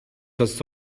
das